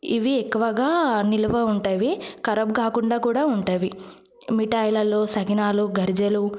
ఇవి ఎక్కువగా నిలువ ఉండేవి ఖరాబ్ కాకుండా కూడా ఉంటవి మిఠాయిలలో సకినాలు గరిజలు